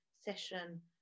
session